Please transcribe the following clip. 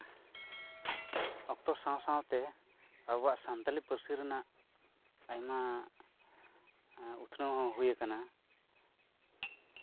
ᱚᱠᱛᱚ ᱥᱟᱶ ᱥᱟᱶᱛᱮ ᱟᱵᱚᱣᱟᱜ ᱥᱟᱱᱛᱟᱞᱤ ᱯᱟᱹᱨᱥᱤ ᱨᱮᱱᱟᱜ ᱟᱭᱢᱟ ᱩᱛᱱᱟᱹᱣ ᱦᱚᱸ ᱦᱩᱭ ᱟᱠᱟᱱᱟ